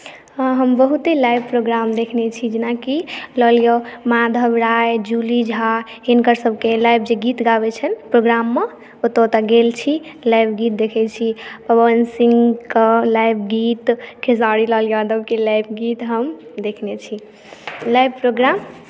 हँ हम बहुते लाइव प्रोग्राम देखने छी जेनाकि लऽ लिअ माधव राय जूली झा हिनकरसभके लाइव जे गीत गाबैत छनि प्रोग्राममे ओतय तक गेल छी लाइव गीत देखैत छी पवन सिंहके लाइव गीत खेसारी लाल यादवके लाइव गीत हम देखने छी लाइव प्रोग्राम